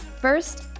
First